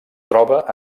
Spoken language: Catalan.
troba